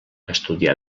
estudià